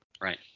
Right